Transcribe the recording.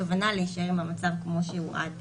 כוונה להישאר עם המצב כמו שהוא עד